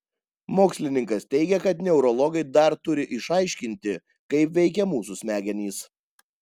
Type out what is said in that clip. mokslininkas teigia kad neurologai dar turi išaiškinti kaip veikia mūsų smegenys